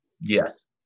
Yes